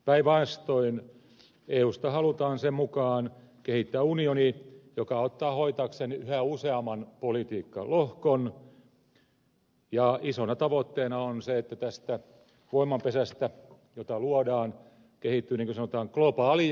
päinvastoin eusta halutaan sen mukaan kehittää unioni joka ottaa hoitaakseen yhä useamman politiikkalohkon ja isona tavoitteena on se että tästä voimanpesästä jota luodaan kehittyy niin kuin sanotaan globaali johtaja